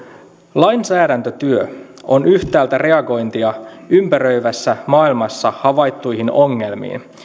lainsäädäntötyö on yhtäältä reagointia ympäröivässä maailmassa havaittuihin ongelmiin